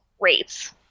rates